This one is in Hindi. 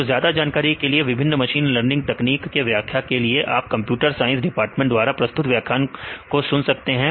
तो ज्यादा जानकारी के लिए और विभिन्न मशीन लर्निंग तकनीक के व्याख्या के लिए आप कंप्यूटर साइंस डिपार्टमेंट द्वारा प्रस्तुत व्याख्यान ओं को सुन सकते हैं